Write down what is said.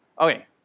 Okay